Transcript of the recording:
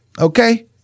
okay